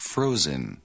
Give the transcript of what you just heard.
Frozen